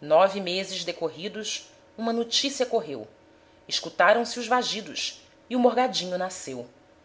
nove meses decorridos uma notícia correu escutaram se os vagidos e o morgadinho nasceu